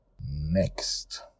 next